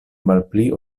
malpli